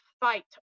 fight